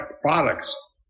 products